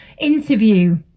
interview